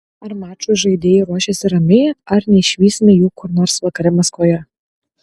ar mačui žaidėjai ruošiasi ramiai ar neišvysime jų kur nors vakare maskvoje